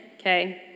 okay